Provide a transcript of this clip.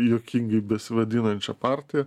juokingai besivadinančia partija